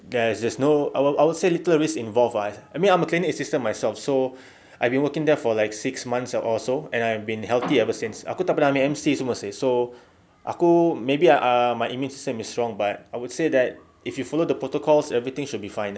guess there's no I would I would say little risks involved ah I mean I'm a clinic assistant myself so I've been working there for six months or so and I've been healthy ever since aku tak pernah ambil M_C semua seh so aku maybe ah my immune system is strong but I would say that if you follow the protocols everything should be fine